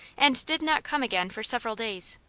and did not come again for several days.